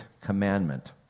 commandment